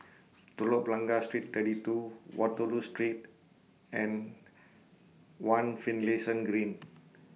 Telok Blangah Street thirty two Waterloo Street and one Finlayson Green